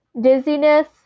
dizziness